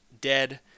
dead